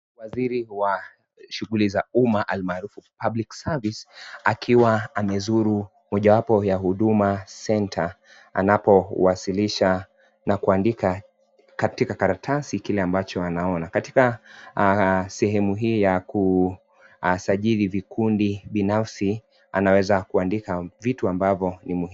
Waziri wa shughuli za umma almarufu Public Service , akiwa amezuru mojawapo ya Huduma Centre anapowasilisha na kuandika katika karatasi kile ambacho anaona. Katika sehemu hii ya kusajili vikundi binafsi, anaweza kuandika vitu ambavyo ni muhimu.